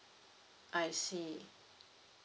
I see